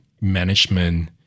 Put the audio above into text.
management